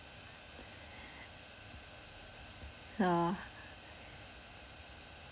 uh